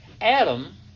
Adam